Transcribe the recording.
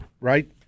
right